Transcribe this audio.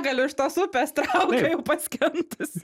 galiu iš tos upės traukia jau paskendusią